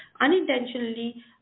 unintentionally